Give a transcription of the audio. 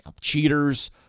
cheaters